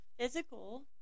Physical